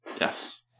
yes